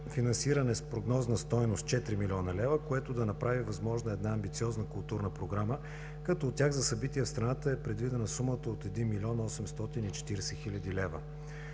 финансиране с прогнозна стойност 4 млн. лв., което да направи възможна една амбициозна културна програма, като от тях за събития в страната е предвидена сумата от 1 млн. 840 хил. лв.